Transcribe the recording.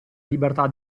libertà